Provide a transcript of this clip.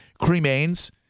cremains